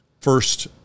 first